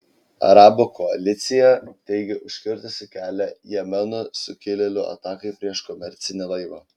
arabų koalicija teigia užkirtusi kelią jemeno sukilėlių atakai prieš komercinį laivą